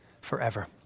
forever